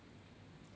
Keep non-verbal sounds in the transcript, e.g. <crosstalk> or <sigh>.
<noise>